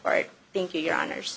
right thank you your honors